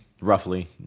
roughly